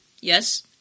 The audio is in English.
yes